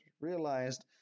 realized